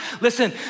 listen